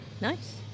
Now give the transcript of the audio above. Nice